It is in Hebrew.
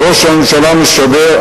וראש הממשלה משדר,